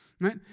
Right